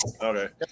Okay